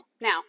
Now